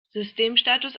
systemstatus